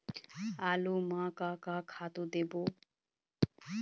आलू म का का खातू देबो?